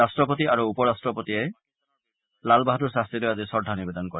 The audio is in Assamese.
ৰাষ্ট্ৰপতি আৰু উপ ৰাট্টপতিও লাল বাহাদুৰ শাস্ত্ৰীলৈ আজি শ্ৰদ্ধা নিৱেদন কৰে